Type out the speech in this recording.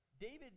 David